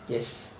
yes